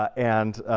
and